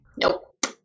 Nope